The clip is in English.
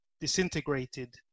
disintegrated